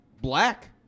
black